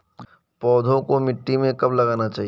पौधों को मिट्टी में कब लगाना चाहिए?